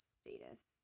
status